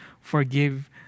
forgive